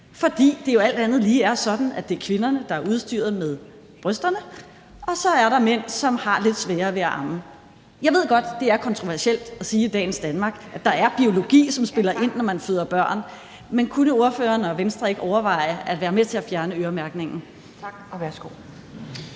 at det er kvinderne, der er udstyret med brysterne, og så er der mændene, som har lidt sværere ved at amme. Jeg ved godt, at det er kontroversielt at sige i dagens Danmark, at der er biologi, som spiller ind, når man føder børn, men kunne ordføreren og Venstre ikke overveje at være med til at fjerne øremærkningen?